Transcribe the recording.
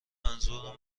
منظور